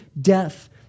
death